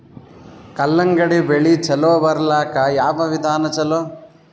ಕಲ್ಲಂಗಡಿ ಬೆಳಿ ಚಲೋ ಬರಲಾಕ ಯಾವ ವಿಧಾನ ಚಲೋ?